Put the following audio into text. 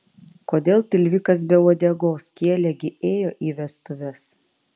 kodėl tilvikas be uodegos kielė gi ėjo į vestuves